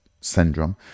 syndrome